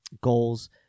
goals